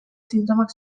sintomak